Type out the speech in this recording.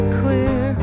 clear